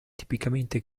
tipicamente